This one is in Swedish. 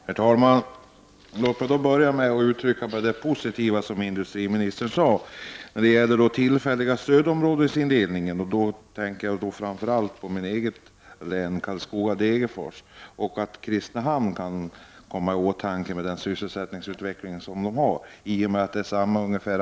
Herr talman! Låt mig börja med att uttrycka det positiva som industriministern sade. När det gäller den tillfälliga stödområdesindelningen tänker jag främst på Karlskoga—-Degerfors i mitt eget län. Också Kristinehamn kan komma i åtanke med den sysselsättningsutveckling som finns där.